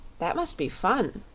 that must be fun,